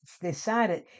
decided